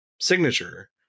signature